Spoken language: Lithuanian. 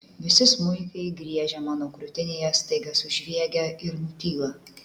visi smuikai griežę mano krūtinėje staiga sužviegia ir nutyla